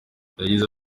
yagize